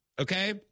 Okay